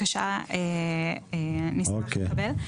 נשמח לקבל.